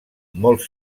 molt